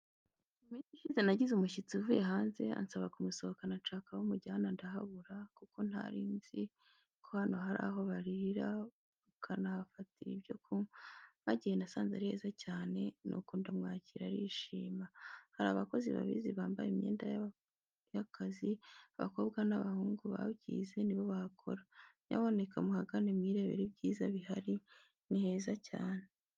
Mu minsi ishize nagize umushyitsi uvuye hanze, ansaba kumusohokana nshaka aho mujyana ndahabura kuko ntarinzi ko hano hari aho barira, bakanahafatira ibyo kunywa. Mpagiye nasanze ari heza cyane, nuko ndamwakira arishima. Hari abakozi babizi bambaye imyenda y'akazi, abakobwa n'abahungu babyize ni bo bahakora. Nyamuneka muhagane mwirebere ibyiza bihari ni heza cyane.